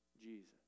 Jesus